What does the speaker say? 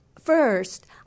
first